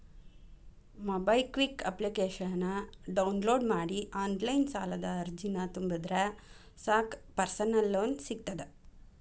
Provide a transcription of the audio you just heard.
MobiKwik ಅಪ್ಲಿಕೇಶನ download ಮಾಡಿ online ಸಾಲದ ಅರ್ಜಿನ ತುಂಬಿದ್ರ ಸಾಕ್ ಪರ್ಸನಲ್ ಲೋನ್ ಸಿಗತ್ತ